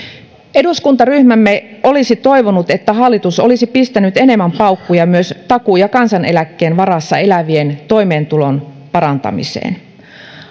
eduskuntaryhmämme olisi toivonut että hallitus olisi pistänyt enemmän paukkuja myös takuu ja kansaneläkkeen varassa elävien toimeentulon parantamiseen